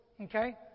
okay